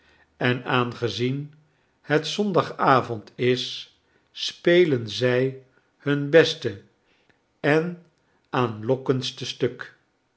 en aangezien het zondagavond is spelen zij hun beste en aanlokkendste stuk